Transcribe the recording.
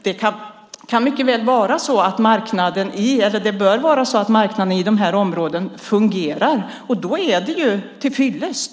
Det kan eller bör vara så att marknaden i de här områdena fungerar, och då är det tillfyllest.